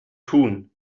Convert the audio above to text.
tun